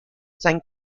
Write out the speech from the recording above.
sein